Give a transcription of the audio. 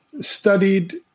studied